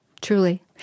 truly